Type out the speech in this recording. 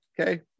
okay